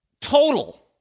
total